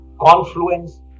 confluence